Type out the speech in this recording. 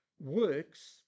works